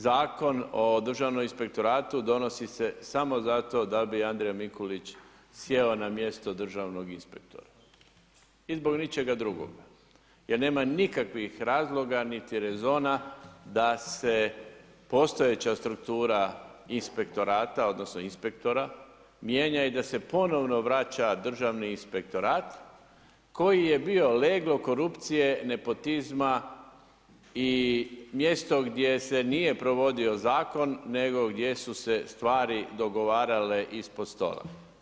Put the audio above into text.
Zakon o Državnom inspektoratu donosi se samo zato da bi Andrija Mikulić sjeo na mjesto državnog inspektora i zbog ničega drugoga jer nema nikakvih razloga niti rezona da se postojeća struktura inspektorata odnosno inspektora mijenja i da se ponovno vraća Državni inspektorat koji je bio leglo korupcije, nepotizma i mjesto gdje se nije provodio zakon nego gdje su se stvari dogovarale ispod stola.